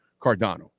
Cardano